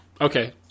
Okay